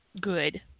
good